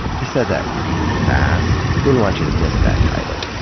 he said that really fast. wouldn't want you to miss that title.